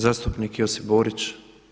Zastupnik Josip Borić.